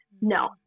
no